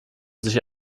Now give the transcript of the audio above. sich